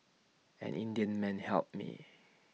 an Indian man helped me